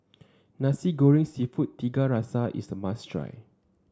Nasi Goreng seafood Tiga Rasa is a must try